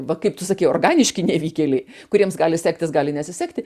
va kaip tu sakei organiški nevykėliai kuriems gali sektis gali nesisekti